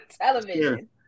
television